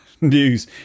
news